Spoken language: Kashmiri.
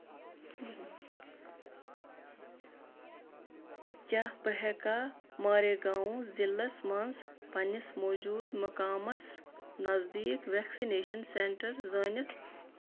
کیٛاہ بہٕ ہیٚکا ماریگاوں ضلعس مَنٛز پننِس موٗجوٗد مقامس نزدیٖک ویکسِنیشن سینٹر زٲنِتھ؟